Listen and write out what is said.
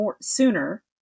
sooner